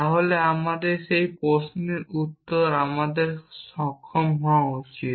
তাহলে আমাদের সেই প্রশ্নের উত্তর দিতে আমাদের সক্ষম হওয়া উচিত